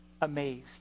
amazed